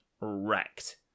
wrecked